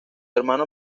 hermano